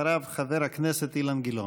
אחריו, חבר הכנסת אילן גילאון.